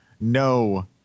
no